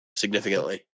significantly